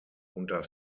unter